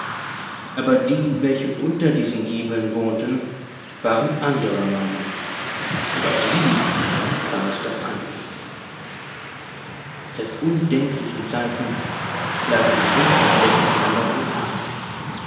aber die welche unter diesen giebeln wohnten waren anderer meinung und auf sie kam es doch an seit undenklichen zeiten lagen die schwesterstädte einander in den haaren